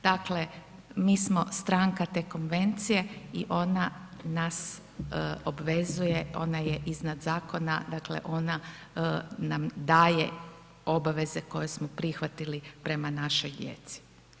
Dakle mi smo stranka te Konvencije i ona nas obvezuje, ona je iznad zakona, dakle nam daje obaveze koje smo prihvatili prema našoj djeci.